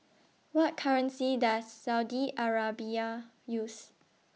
What currency Does Saudi Arabia use